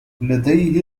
لديه